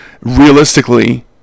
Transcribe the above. Realistically